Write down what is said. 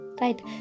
Right